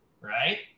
right